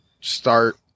start